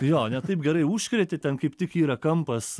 jo ne taip gerai užkrėtė ten kaip tik yra kampas